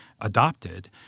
adopted